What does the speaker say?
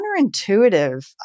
counterintuitive